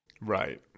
right